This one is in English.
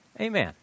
Amen